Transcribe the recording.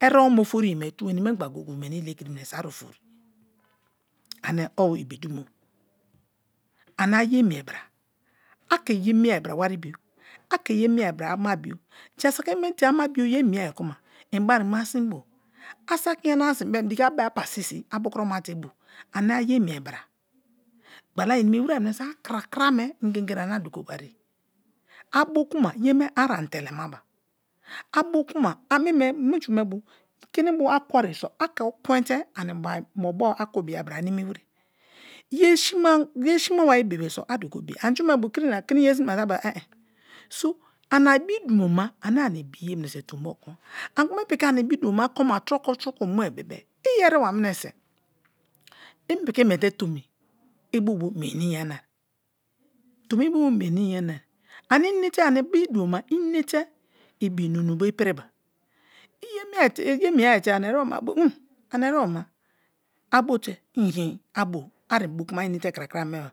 Erebo ma ofori ye me weni mengba goge-e meni lekiri mineso a ofori ane o ibi dumo. Ane aye miebra a ke ye mie bra wari bio, a ke ye miebra ama bio, jasaki ama bio ye mie kuma i bari mu a sin bo a saki yana-a so inbe-em diki a pasisi a bukruma te bo ane aye mie bra gbala inimi were mineso a krakra me ingegeri ane a dugo bare a bo kuma ane me munju me bo kinibu bo kue-ye so a ke ekwen te ani inbo bu akubia bra animi we̱re̱, yesima bai bi so a dugobia anju me bo kirina-kiri na kini ye simaba te a beba ehh ehh. So ana ibi dumo ane ani ibiye mineso tumbo kon. Ani kuma i piki ana ibi dumo ma koma troko-troko mue bebe-e iyeriwa minise i piki miete tomi i bubu mininiyania, temi ibubu minini yanai ani enete ani ibi dumo ma inete ibi munu bo i piriba, i ye miete, ye miete ani erebo ma bo ṉ ane erebo ma a bote i̱i̱ a bo aribo kuma a inete krakra mieba